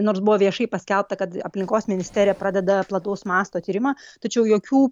nors buvo viešai paskelbta kad aplinkos ministerija pradeda plataus masto tyrimą tačiau jokių